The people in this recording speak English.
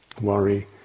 worry